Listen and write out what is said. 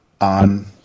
on